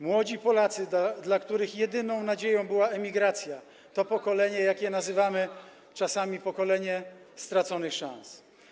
Młodzi Polacy, dla których jedyną nadzieją była emigracja, to pokolenie, jakie nazywamy czasami pokoleniem straconych szans.